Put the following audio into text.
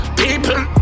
people